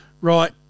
right